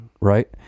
right